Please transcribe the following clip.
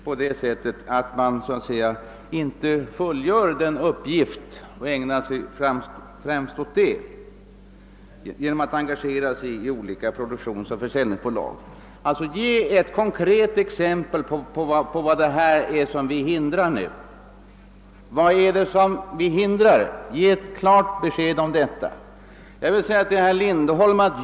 Vi vill inte att detta bolag skall binda sina ekonomiska och personella resurser genom att engagera sig i olika produktionsoch försäljningsbolag, så att bolaget inte kan fullgöra de uppgifter som det egentligen har bildats för att handha. Ge ett konkret exempel på vad det är vi hindrar!